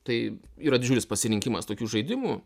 tai yra didžiulis pasirinkimas tokių žaidimų